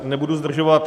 Nebudu zdržovat.